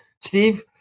Steve